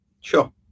Sure